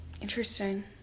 Interesting